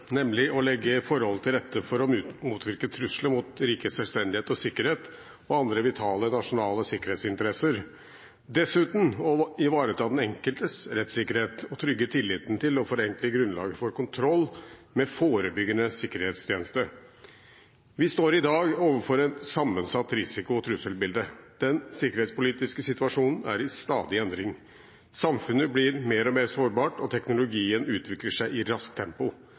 nemlig å legge forholdene til rette for å motvirke trusler mot rikets selvstendighet og sikkerhet og andre vitale nasjonale sikkerhetsinteresser, og dessuten å ivareta den enkeltes rettssikkerhet og å trygge tilliten til og forenkle grunnlaget for kontroll med forebyggende sikkerhetstjeneste. Vi står i dag overfor et sammensatt risiko- og trusselbilde. Den sikkerhetspolitiske situasjonen er i stadig endring. Samfunnet blir mer og mer sårbart, og teknologien utvikler seg i raskt tempo.